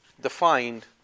defined